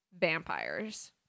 vampires